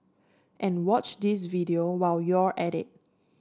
and watch this video while you're at it